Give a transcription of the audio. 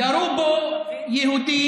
ירו בו יהודים,